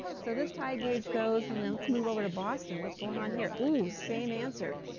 so this tide gauge goes. and let's move over to boston. what's going on here? ooh, same answer.